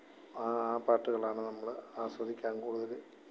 ആ പാട്ടുകളാണ് നമ്മൾ ആസ്വദിക്കാന് കൂടുതൽ